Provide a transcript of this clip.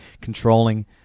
controlling